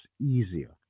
easier